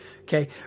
okay